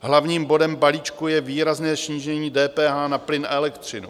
Hlavním bodem balíčku je výrazné snížení DPH na plyn a elektřinu.